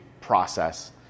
process